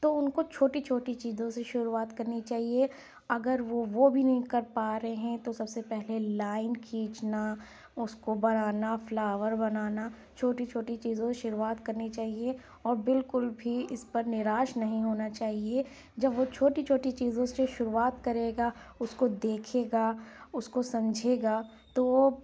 تو ان کو چھوٹی چھوٹی چیزوں سے شروعات کرنی چاہیے اگر وہ وہ بھی نہیں کر پا رہے ہیں تو سب سے پہلے لائن کھینچنا اس کو بنانا فلاور بنانا چھوٹی چھوٹی چیزوں شروعات کرنی چاہیے اور بالکل بھی اس پر نیراش نہیں ہونا چاہیے جب وہ چھوٹی چھوٹی چیزوں سے شروعات کرے گا اس کو دیکھے گا اس کو سمجھے گا تو وہ